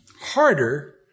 harder